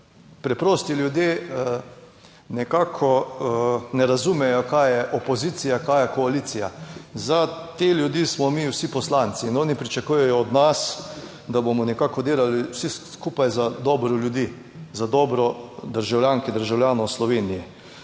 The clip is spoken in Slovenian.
Preprosti ljudje nekako ne razumejo kaj je opozicija, kaj je koalicija, za te ljudi smo mi vsi poslanci in oni pričakujejo od nas, da bomo nekako delali vsi skupaj za dobro ljudi, za dobro državljank in državljanov Slovenije.